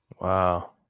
Wow